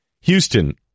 Houston